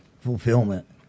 fulfillment